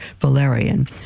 Valerian